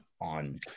on